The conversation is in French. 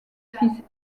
fils